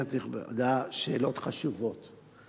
כנסת נכבדה, שאלות חשובות.